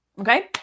Okay